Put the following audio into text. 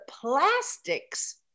plastics